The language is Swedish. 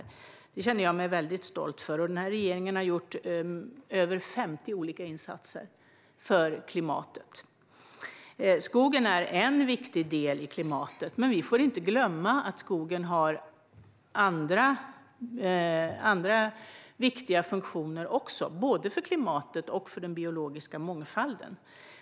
Det känner jag mig stolt över. Den här regeringen har gjort över 50 olika insatser för klimatet. Skogen är en viktig del i klimatet, men vi får inte glömma att skogen har andra viktiga funktioner för både klimatet och den biologiska mångfalden.